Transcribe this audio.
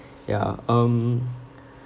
ya um